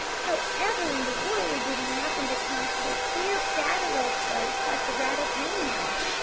however in the world did he happen to come to a queer, battered old place like the rattle-pane house?